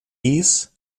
dies